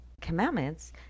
commandments